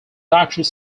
dietary